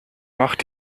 macht